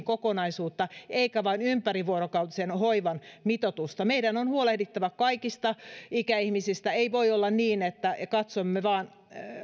kokonaisuutta eikä vain ympärivuorokautisen hoivan mitoitusta meidän on huolehdittava kaikista ikäihmisistä ei voi olla niin että katsomme vain